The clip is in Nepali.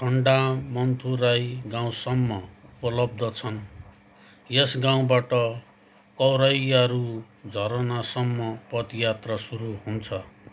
थोन्डामन्थुराई गाउँसम्म उपलब्ध छन् यस गाउँबाट कोरैयारु झरनासम्म पदयात्रा सुरु हुन्छ